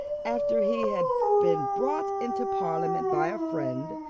after he had been brought into parliament by a friend,